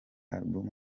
album